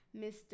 Mr